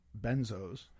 benzos